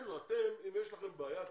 אם יש לכם בעיה,